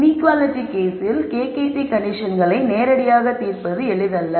inequality கேஸில் KKT கண்டிஷன்ஸ்களை நேரடியாக தீர்ப்பது எளிதல்ல